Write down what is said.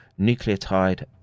nucleotide